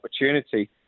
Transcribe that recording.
opportunity